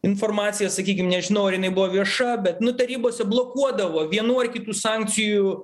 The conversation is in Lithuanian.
informacija sakykim nežinau ar jinai buvo vieša bet nu tarybose blokuodavo vienų ar kitų sankcijų